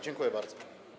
Dziękuję bardzo.